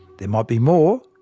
there might be more,